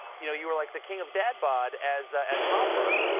you know you were like the king of dad bod as as hopper.